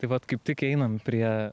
tai vat kaip tik einam prie